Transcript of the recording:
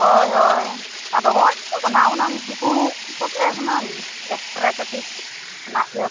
ᱦᱳᱭ ᱦᱳᱭ ᱟᱫᱚ ᱦᱳᱭ ᱛᱚ ᱚᱱᱟ ᱦᱩᱱᱟᱹᱝ ᱦᱳᱲᱳ ᱠᱚᱜᱮ ᱦᱩᱱᱟᱹᱝ ᱮᱠᱥᱴᱨᱟ ᱠᱟᱹᱴᱤᱡ ᱚᱱᱟ ᱤᱭᱟᱹ